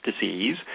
Disease